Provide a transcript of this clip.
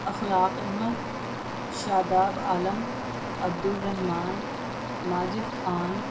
Akhlaq Ahmed Shadab Alam Abdur Rahman Majid Khan